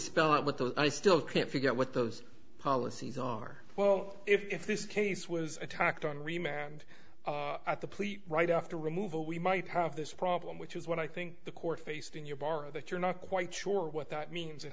out what those i still can't figure out what those policies are well if this case was attacked on remand at the plea right after removal we might have this problem which is what i think the court faced in your bar that you're not quite sure what that means it ha